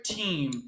team